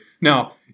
now